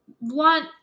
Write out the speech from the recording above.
want